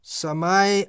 samai